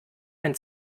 mein